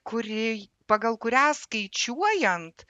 kuri pagal kurią skaičiuojant